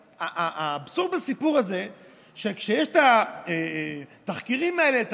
האבסורד בסיפור הזה הוא שכשיש התחקירים האלה,